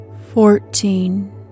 fourteen